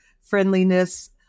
friendliness